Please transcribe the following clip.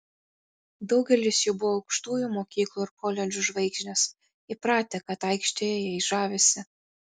daugelis jų buvo aukštųjų mokyklų ir koledžų žvaigždės įpratę kad aikštėje jais žavisi